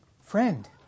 friend